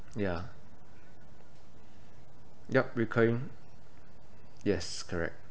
yeah yup recurring yes correct